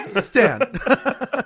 stan